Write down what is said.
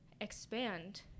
expand